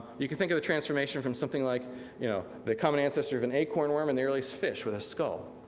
you can think of the transformation from something like you know the common ancestor of an acorn worm and the earliest fish with a skull.